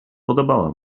podobała